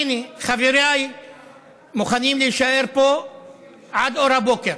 הינה, חבריי מוכנים להישאר פה עד אור הבוקר